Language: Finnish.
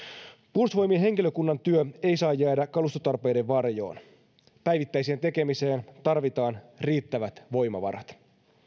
puolustusvoimien henkilökunnan työ ei saa jäädä kalustotarpeiden varjoon päivittäiseen tekemiseen tarvitaan riittävät voimavarat